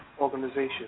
organization